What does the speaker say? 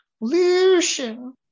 Lucian